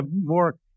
more